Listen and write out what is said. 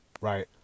right